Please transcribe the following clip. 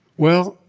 well,